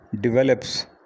develops